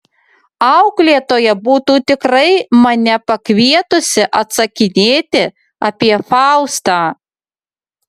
auklėtoja būtų tikrai mane pakvietusi atsakinėti apie faustą